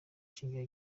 shingiro